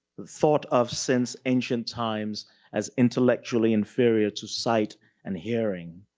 thought of since ancient times as intellectually inferior to sight and hearing.